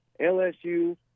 LSU